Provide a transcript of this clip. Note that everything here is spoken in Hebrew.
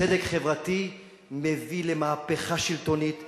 צדק חברתי מביא למהפכה שלטונית,